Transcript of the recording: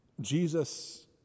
Jesus